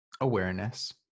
awareness